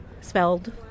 spelled